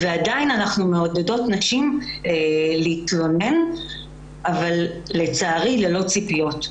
עדיין אנחנו מעודדות נשים להתלונן אבל לצערי ללא ציפיות.